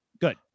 Good